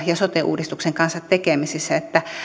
ja sote uudistuksen kanssa tekemisissä että